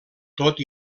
tot